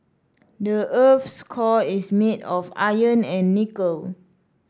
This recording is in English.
the earth's core is made of iron and nickel